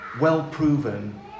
well-proven